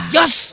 Yes